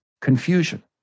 Confusion